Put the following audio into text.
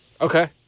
Okay